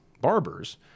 barbers